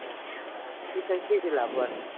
ए बिसिबां केजि लाबोआ नों